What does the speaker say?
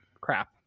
crap